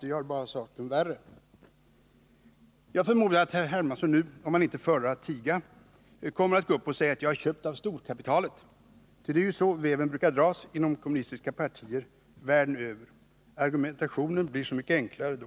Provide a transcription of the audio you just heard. Du gör bara saken värre.” Jag förmodar att herr Hermansson nu, om han inte föredrar att tiga, kommer att gå upp och säga att jag är köpt av storkapitalet. Ty det är ju så veven brukar dras inom kommunistiska partier världen över. Argumentationen blir ju så mycket enklare då.